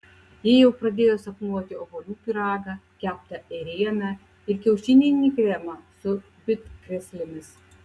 ji jau pradėjo sapnuoti obuolių pyragą keptą ėrieną ir kiaušininį kremą su bitkrėslėmis